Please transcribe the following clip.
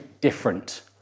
different